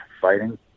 fighting